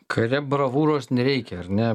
kare bravūros nereikia ar ne